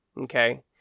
Okay